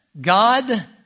God